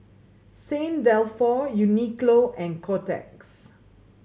Saint Dalfour Uniqlo and Kotex